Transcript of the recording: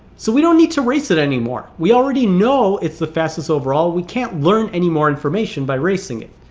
so we don't need to race it anymore we already know it's the fastest overall we can't learn any more information by racing it